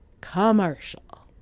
commercial